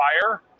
fire